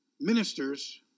ministers